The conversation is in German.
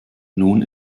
nun